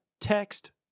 text